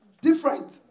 different